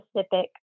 specific